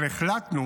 אבל החלטנו